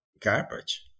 garbage